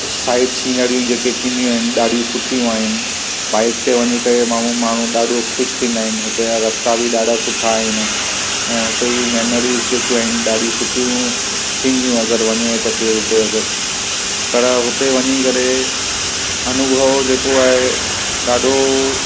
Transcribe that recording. side सीनरियूं जेके थींदियूं आहिनि ॾाढियूं सुठियूं आहिनि बाइक ते वञी करे माण्हू माण्हू ॾाढो ख़ुशि थींदा आहिनि हुते जा रस्ता बि ॾाढा सुठा आहिनि ऐं हुते जूं मेमरीज़ जेके आहिनि ॾाढियूं थींदियूं अगरि वञे त केरु उते उते पर उते वञी करे अनुभव जेको आहे ॾाढो